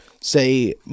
say